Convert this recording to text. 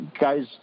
guys